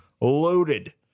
loaded